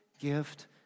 gift